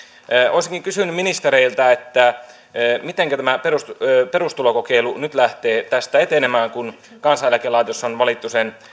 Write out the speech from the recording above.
olisinkin kysynyt ministereiltä mitenkä tämä perustulokokeilu nyt lähtee tästä etenemään kun kansaneläkelaitos on valittu sen